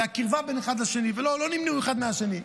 הייתה קרבה בין אחד לשני ולא נמנעו אחד מהשני.